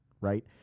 right